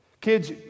Kids